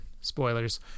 Spoilers